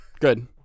Good